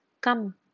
Come